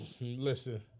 Listen